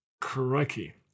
Crikey